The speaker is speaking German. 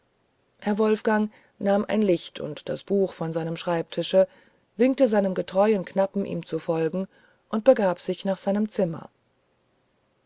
herr wolfgang nahm ein licht und das buch von seinem schreibtische winkte seinem getreuen knappen ihm zu folgen und begab sich nach seinem zimmer